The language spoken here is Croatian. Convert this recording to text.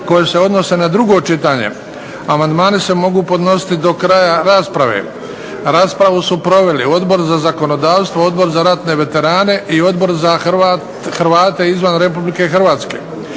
koje se odnose na drugo čitanje. Amandmani se mogu podnositi do kraja rasprave. Raspravu su proveli Odbor za zakonodavstvo, Odbor za ratne veterane i Odbor za Hrvate izvan Republike Hrvatske.